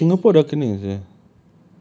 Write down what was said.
kat singapore dah kena sia